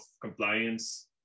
compliance